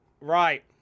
Right